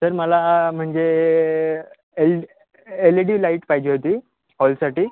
तर मला म्हणजे L L E D light पाहिजे होती हॉलसाठी